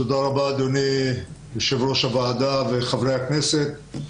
תודה רבה אדוני יושב-ראש הוועדה וחברי הכנסת,